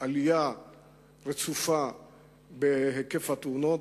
בהן עלייה רצופה במספר התאונות,